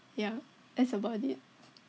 ya that's about it